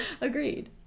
Agreed